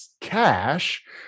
cash